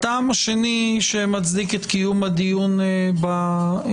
הטעם השני שמצדיק את קיום הדיון בפגרה,